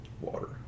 water